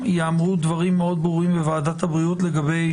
ייאמרו דברים מאוד ברורים בוועדת הבריאות לגבי